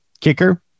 kicker